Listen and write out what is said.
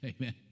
Amen